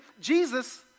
Jesus